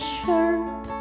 shirt